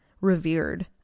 revered